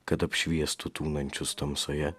kad apšviestų tūnančius tamsoje